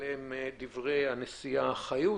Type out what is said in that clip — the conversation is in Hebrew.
אלו הם דברי הנשיאה חיות,